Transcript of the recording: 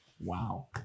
wow